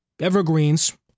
Evergreens